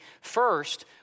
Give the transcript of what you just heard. First